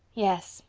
yes.